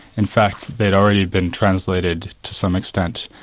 in fact they'd already been translated to some extent,